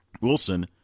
Wilson